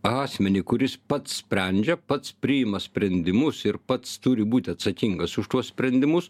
asmenį kuris pats sprendžia pats priima sprendimus ir pats turi būti atsakingas už tuos sprendimus